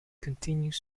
continues